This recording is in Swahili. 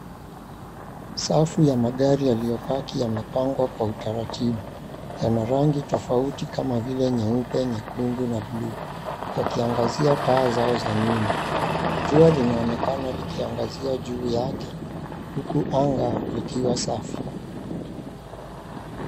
Safi ya magari yaliyopaki yamepangwa kwa utaratibu, yanarangi tofauti kama vile nyeupe, nyekundu na bluu yakiangazia taa zao za nyuma jua linaonekana likiangazia juu yake huku anga likiwa safi.